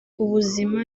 ubuzima